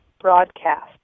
broadcast